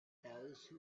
those